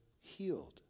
healed